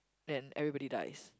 then everybody dies